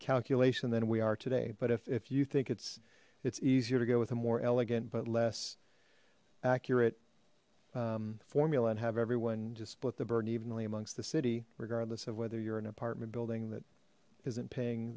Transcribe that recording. calculation than we are today but if you think it's it's easier to go with a more elegant but less accurate formula and have everyone just split the burden evenly amongst the city regardless of whether you're an apartment building that isn't paying